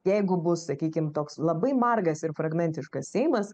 jeigu bus sakykim toks labai margas ir fragmentiškas seimas